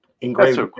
engraved